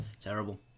Terrible